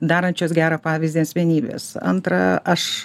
darančios gerą pavyzdį asmenybės antra aš